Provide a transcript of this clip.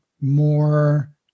more